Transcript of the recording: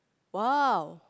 !wow!